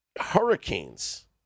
Hurricanes